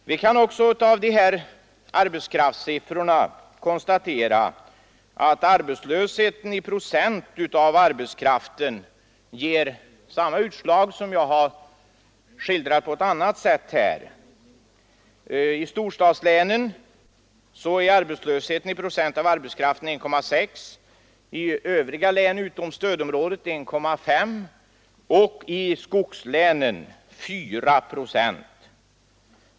Vi kan också av arbetskraftssiffrorna konstatera att arbetslösheten i procent av arbetskraften även på ett annat sätt ger det utslag som jag har skildrat. I storstadslänen är arbetslösheten i procent av arbetskraften 1,6, i övriga län utanför stödområdet 1,5 procent och i skogslänen 4 procent.